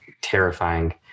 terrifying